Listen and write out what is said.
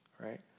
right